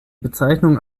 bezeichnung